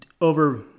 over